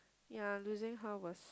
ya losing her was